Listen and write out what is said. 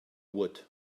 would